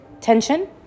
tension